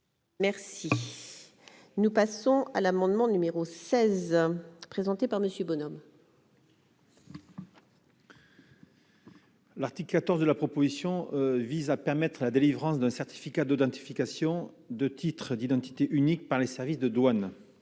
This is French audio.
Merci. Nous passons à l'amendement numéro 16 présenté par Monsieur Bonhomme. L'article 14 de la proposition vise à permettre à la délivrance d'un certificat d'authentification de titres d'identité unique par les services de douane